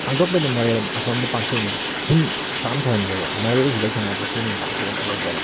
ꯄꯥꯡꯊꯣꯛꯄꯩꯗꯤ ꯃꯣꯔꯦꯗ ꯑꯁꯣꯝꯗ ꯄꯥꯡꯊꯣꯛꯂꯤꯅꯤꯀꯣ ꯁꯨꯝ ꯕꯥꯞꯅ ꯁꯥꯖꯤꯟꯁꯦꯕ ꯃꯣꯔꯦꯁꯤꯗ ꯁꯉꯥꯏ ꯐꯦꯁꯇꯤꯕꯦꯜ ꯄꯥꯡꯊꯣꯛꯑꯦꯅ ꯈꯜꯂꯁꯦꯕ